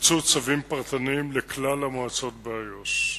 הופצו צווים פרטניים לכלל המועצות באיו"ש.